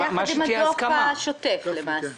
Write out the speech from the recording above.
ביחד עם הדוח השוטף, למעשה.